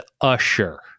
Usher